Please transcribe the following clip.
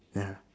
ya